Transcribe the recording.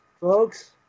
folks